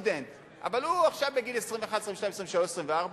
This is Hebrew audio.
אבל הוא עכשיו בגיל 21, 22, 23, 24,